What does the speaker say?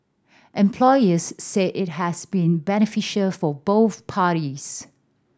employers said it has been beneficial for both parties